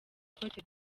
cote